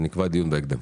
נקבע דיון בהקדם.